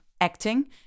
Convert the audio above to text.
acting